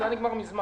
זה היה נגמר מזמן.